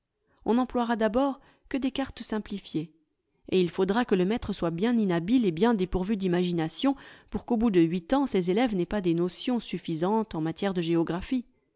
on n'emploiera d'abord que des cartes simplifiées et il faudra que le maître soit bien inhabile et bien dépourvu d'imagination pour qu'au bout de huit ans ses élèves n'aient pas des notions suffisantes en matière de géographie